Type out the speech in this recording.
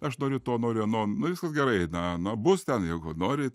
aš noriu to noriu ano nu viskas gerai na na bus ten jeigu nori